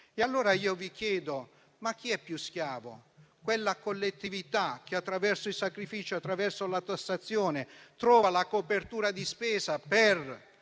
E allora io vi chiedo: chi è più schiavo, quella collettività che attraverso il sacrificio e attraverso la tassazione trova la copertura di spesa per